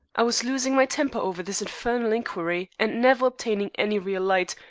i was losing my temper over this infernal inquiry and never obtaining any real light,